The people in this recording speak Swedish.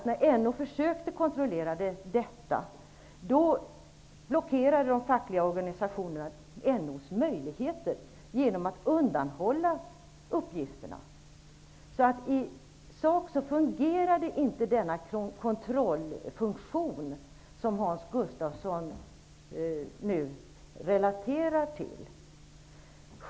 När NO försökte kontrollera detta visade det sig att de fackliga organisationerna blockerade NO:s möjligheter genom att undanhålla uppgifter. Den kontroll som Hans Gustafsson nu refererar till fungerade inte.